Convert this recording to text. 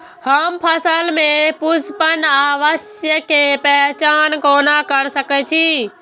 हम फसल में पुष्पन अवस्था के पहचान कोना कर सके छी?